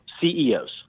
CEOs